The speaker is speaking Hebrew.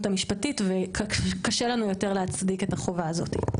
המשפטית וקשה לנו יותר להצדיק את החובה הזאת.